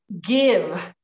give